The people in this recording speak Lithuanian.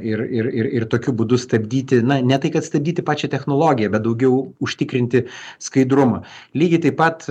ir ir ir ir tokiu būdu stabdyti na ne tai kad stabdyti pačią technologiją bet daugiau užtikrinti skaidrumą lygiai taip pat